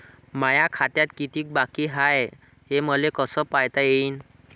माया खात्यात कितीक बाकी हाय, हे मले कस पायता येईन?